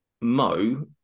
Mo